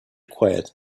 quiet